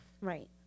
Right